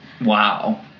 Wow